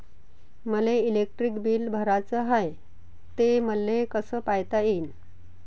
मले electric bill भराचं हाय, ते मले कस पायता येईन?